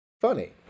funny